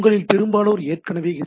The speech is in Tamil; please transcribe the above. உங்களில் பெரும்பாலோர் ஏற்கனவே ஹெச்